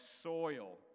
soil